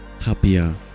happier